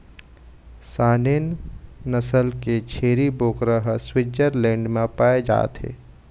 Saanen नसल के छेरी बोकरा ह स्वीटजरलैंड म पाए जाथे